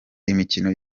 imikino